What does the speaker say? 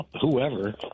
Whoever